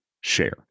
Share